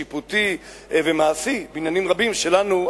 שיפוטי ומעשי בעניינים רבים שלנו,